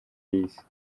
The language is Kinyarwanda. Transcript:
y’isi